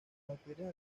bacterias